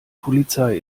polizei